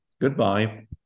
Goodbye